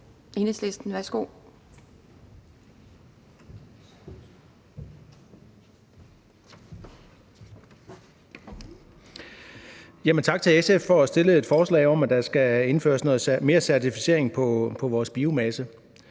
Tak til SF for at have fremsat forslag om, at der skal indføres noget mere certificering af vores biomasse.